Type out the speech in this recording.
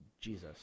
Jesus